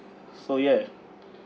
so yes